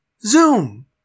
Zoom